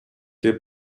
che